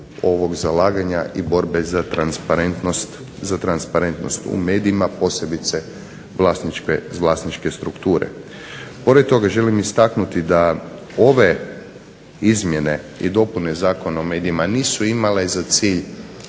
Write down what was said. ovog zalaganja i borbe za transparentnost u medijima, posebice vlasničke strukture. Pored toga želim istaknuti da ove izmjene i dopune Zakona o medijima nisu imale za cilj